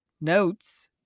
notes